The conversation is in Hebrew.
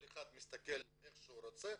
כל אחד מסתכל על זה איך שהוא רוצה,